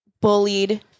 bullied